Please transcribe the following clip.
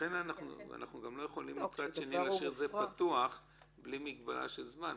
לכן אנחנו גם לא יכולים מצד שני להשאיר את זה פתוח בלי מגבלה של זמן.